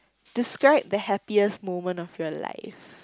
describe the happiest moment of your life